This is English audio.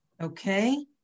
okay